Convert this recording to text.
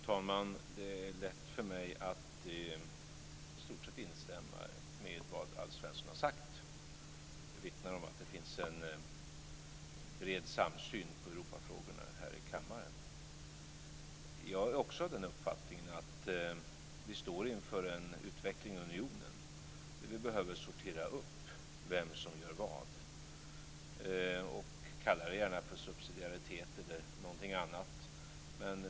Fru talman! Det är lätt för mig att i stort sett instämma i vad Alf Svensson har sagt. Det vittnar om att det finns en bred samsyn i Europafrågorna här i kammaren. Jag är också av den uppfattningen att vi står inför en utveckling av unionen där vi behöver sortera vem som gör vad. Kalla det gärna för subsidiaritet eller något annat.